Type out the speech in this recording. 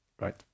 Right